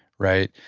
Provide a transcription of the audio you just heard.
right?